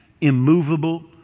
immovable